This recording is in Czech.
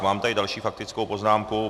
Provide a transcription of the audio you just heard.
Mám tady další faktickou poznámku.